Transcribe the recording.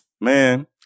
Man